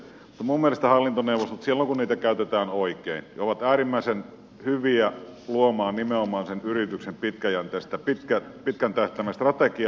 minun mielestäni hallintoneuvostot silloin kun niitä käytetään oikein ovat äärimmäisen hyviä luomaan nimenomaan sen yrityksen pitkäjänteistä pitkän tähtäimen strategiaa